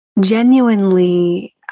Genuinely